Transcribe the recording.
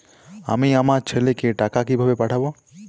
আমি আমার ছেলেকে টাকা কিভাবে পাঠাব?